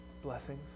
blessings